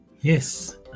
yes